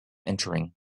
entering